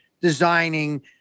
designing